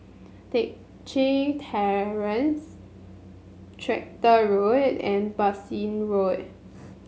Teck Chye Terrace Tractor Road and Bassein Road